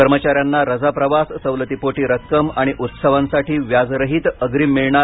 कर्मचाऱ्यांना रजा प्रवास सवलतीपोटी रक्कम आणि उत्सवांसाठी व्याजरहित अग्रिम मिळणार